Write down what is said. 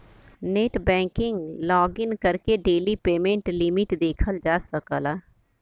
net banking login करके daily payment limit देखल जा सकला